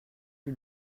les